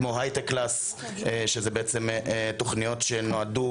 כמו הייטקלאס שזה בעצם תוכניות שנועדו